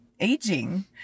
aging